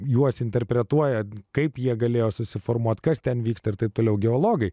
juos interpretuoja kaip jie galėjo susiformuoti kas ten vyksta ir taip toliau geologai